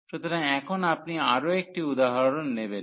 সুতরাং এখন আপনি আরও একটি উদাহরণ নেবেন